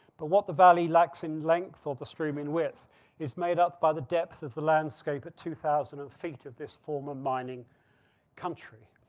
but the valley lacks in length or the stream in width is made up by the depth of the landscape at two thousand and feet of this former mining country